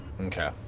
Okay